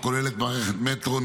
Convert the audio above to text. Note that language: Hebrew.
הכוללת מערכת מטרו,